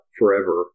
forever